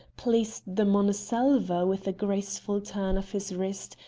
placed them on a salver with a graceful turn of his wrist,